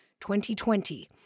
2020